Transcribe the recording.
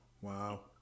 Wow